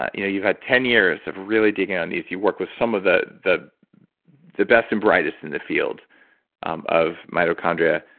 you know you have ten years of really digging on these. you work with some of the the best and brightest in the field um of mitochondria.